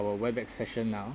our webex session now